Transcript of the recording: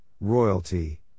royalty